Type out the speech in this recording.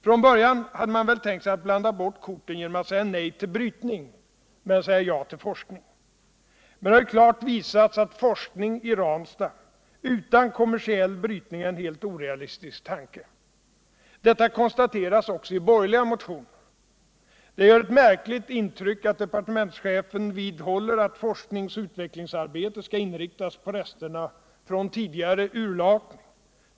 Från början hade man väl tänkt sig att blanda bort korten genom att säga nej till brytning men säga ja till forskning. Men det har ju klart visats att forskning i Ranstad utan kommersiell brytning är en helt orealistisk tanke. Detta konstateras också i borgerliga motioner. Det gör ett märkligt intryck att departementschefen vidhåller att forsknings och utvecklingsarbetet skall inriktas på resterna från tidigare urlakning.